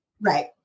Right